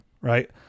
right